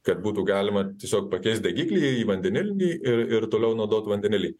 kad būtų galima tiesiog pakeist degiklį į vandenilinį ir ir toliau naudot vandenilį